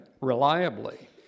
reliably